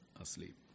asleep